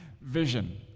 vision